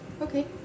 Okay